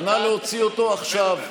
נא להוציא אותו מהמליאה.